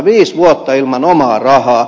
viisi vuotta ilman omaa rahaa